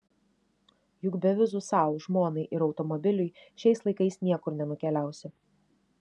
juk be vizų sau žmonai ir automobiliui šiais laikais niekur nenukeliausi